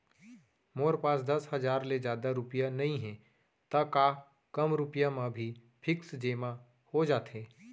मोर पास दस हजार ले जादा रुपिया नइहे त का कम रुपिया म भी फिक्स जेमा हो जाथे?